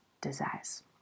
desires